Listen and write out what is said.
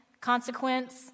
consequence